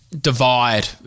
divide